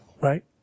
right